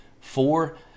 four